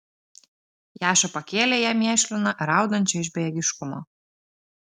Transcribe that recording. jaša pakėlė ją mėšliną raudančią iš bejėgiškumo